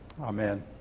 Amen